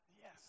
Yes